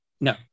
no